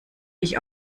ich